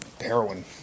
heroin